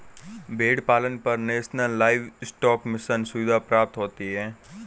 भेड़ पालन पर नेशनल लाइवस्टोक मिशन सुविधा प्राप्त होती है